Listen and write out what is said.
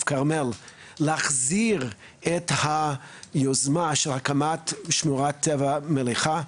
כרמל להחזיר את היוזמה של הקמת שמורת טבע מליחה.